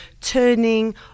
turning